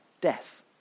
death